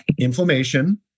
inflammation